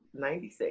96